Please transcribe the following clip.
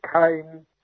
came